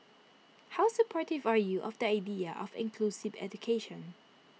how supportive are you of the idea of inclusive education